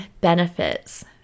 benefits